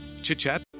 chit-chat